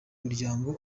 muryango